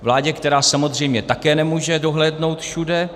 Vládě, která samozřejmě také nemůže dohlédnout všude.